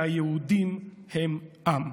שהיהודים הם עם".